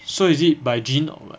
so is it by gene or what